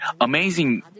amazing